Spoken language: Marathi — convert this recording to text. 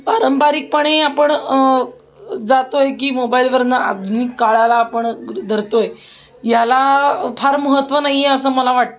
पारंपरिकपणे आपण जातोय की मोबाईलवरून आधुनिक काळाला आपण धरतोय याला फार महत्त्व नाही आहे असं मला वाटतं